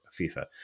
FIFA